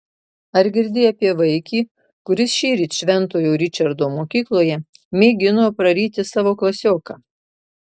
ar girdėjai apie vaikį kuris šįryt šventojo ričardo mokykloje mėgino praryti savo klasioką